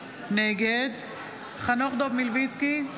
נגד חנוך דב מלביצקי,